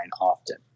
often